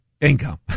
income